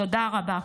תודה רבה.